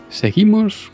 Seguimos